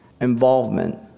involvement